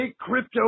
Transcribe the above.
crypto